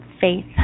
faith